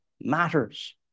matters